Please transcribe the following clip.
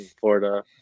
Florida